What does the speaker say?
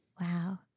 Wow